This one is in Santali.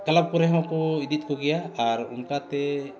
ᱠᱞᱟᱵᱽ ᱠᱚᱨᱮ ᱦᱚᱸᱠᱚ ᱤᱫᱤ ᱠᱚᱜᱮᱭᱟ ᱟᱨ ᱚᱱᱠᱟᱛᱮ